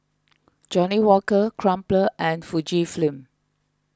Johnnie Walker Crumpler and Fujifilm